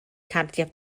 cardiau